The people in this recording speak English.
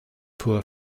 poor